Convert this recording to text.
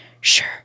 Sure